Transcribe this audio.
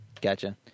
Gotcha